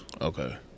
Okay